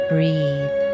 Breathe